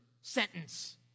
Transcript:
sentence